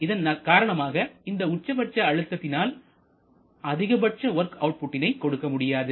இதன் காரணமாக இந்த உச்சபட்ச அழுத்தத்தினால் அதிகபட்ச வொர்க் அவுட்புட்டினை கொடுக்க முடியாது